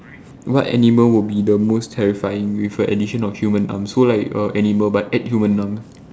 what animal will be the most terrifying with the addition of human arms so like err animal but add human arms